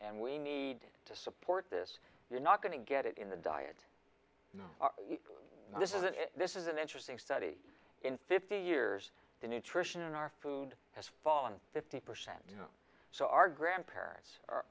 and we need to support this you're not going to get it in the diet this is it this is an interesting study in fifty years the nutrition in our food has fallen fifty percent so our grandparents are